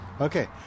Okay